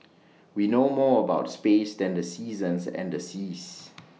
we know more about space than the seasons and the seas